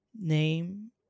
name